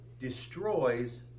destroys